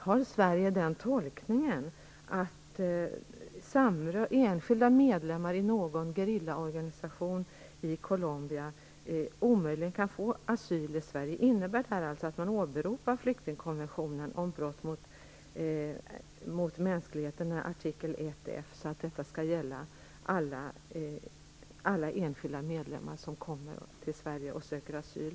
Har Sverige den tolkningen att enskilda medlemmar i någon gerillaorganisation i Colombia omöjligen kan få asyl i Sverige? Innebär detta att man åberopar flyktingkonventionens artikel 1 F om brott mot mänskliga rättigheter och menar att detta skall gälla alla enskilda medlemmar som kommer till Sverige och söker asyl?